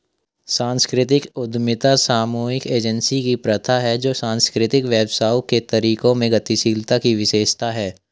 सांस्कृतिक उद्यमिता सामूहिक एजेंसी की प्रथा है जो सांस्कृतिक व्यवसायों के तरीकों में गतिशीलता की विशेषता है